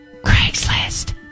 Craigslist